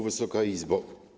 Wysoka Izbo!